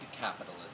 capitalism